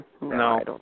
No